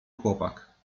chłopak